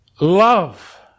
love